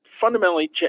fundamentally